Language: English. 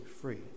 free